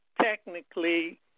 technically